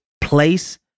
place